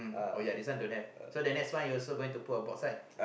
oh ya this one don't have so the next one you also going to put a box right